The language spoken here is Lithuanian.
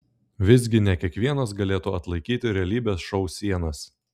visgi ne kiekvienas galėtų atlaikyti realybės šou sienas